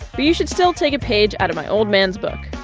but you should still take a page out of my old man's book.